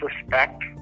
respect